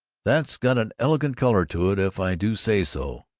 that's got an elegant color to it, if i do say so,